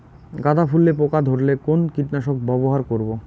গাদা ফুলে পোকা ধরলে কোন কীটনাশক ব্যবহার করব?